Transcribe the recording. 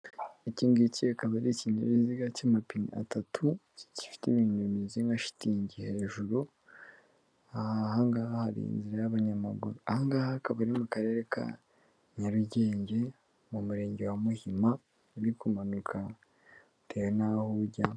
Iki ngiki akaba ari ikinkinyabiziga cy'amapine atatu, gifite ibintu bimeze nka shitingi hejuru, aha ngaha hari inzira y'abanyamaguru, aha ngaha hakaba akagari mu karere ka Nyarugenge mu mu renge wa Muhima, uri kumanuka bitewe n'aho ujya.